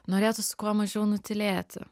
norėtųsi kuo mažiau nutylėti